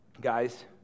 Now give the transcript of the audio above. guys